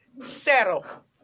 Zero